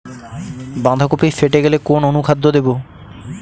বাঁধাকপি ফেটে গেলে কোন অনুখাদ্য দেবো?